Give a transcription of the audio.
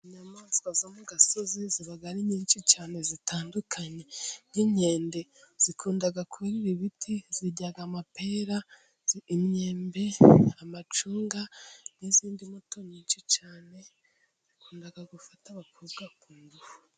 Inyamaswa zo mu gasozi ziba ari nyinshi cyane zitandukanye:nk'inkende zikunda kurira ibiti zirya amapera, imyembe, amacunga, n'izindi mbuto nyinshi cyane zikunda gufata abakobwa ku ngufu.